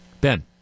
Ben